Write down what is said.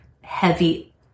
heavy